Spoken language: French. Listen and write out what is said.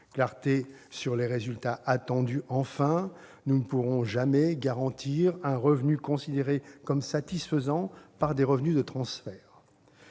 Clarté sur les résultats attendus, enfin. Nous ne pourrons jamais garantir un revenu considéré comme satisfaisant par des revenus de transfert.